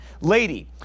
lady